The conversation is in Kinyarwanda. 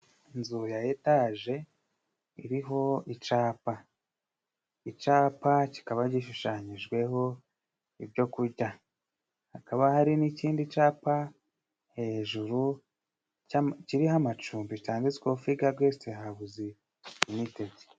Inzu ya etaje iriho icapa. Icapa kikaba gishushanyijweho ibyo kujya. Hakaba hari n'ikindi capa hejuru kiriho amacumbi cyanditsweho Figagesitihawuzilimitede.